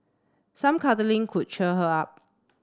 some cuddling could cheer her up